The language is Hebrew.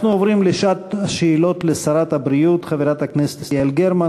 אנחנו עוברים לשעת שאלות לשרת הבריאות חברת הכנסת יעל גרמן.